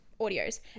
audios